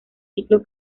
ciclo